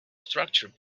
structure